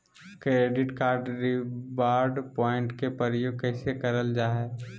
Credit card reward point के प्रयोग कैसे करल जा है?